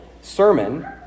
sermon